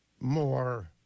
more